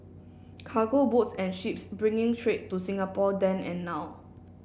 cargo boats and ships bringing trade to Singapore then and now